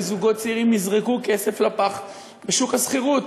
זוגות צעירים יזרקו כסף לפח בשוק השכירות?